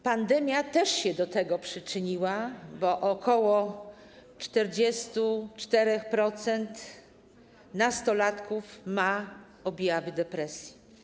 Pandemia też się do tego przyczyniła, bo ok. 44% nastolatków ma objawy depresji.